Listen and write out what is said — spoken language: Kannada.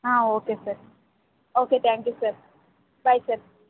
ಹಾಂ okay sir okay thank you sir bye sir